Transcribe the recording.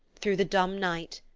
through the dumb night,